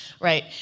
Right